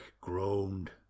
groaned